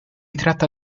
tratta